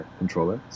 controller